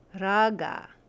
Raga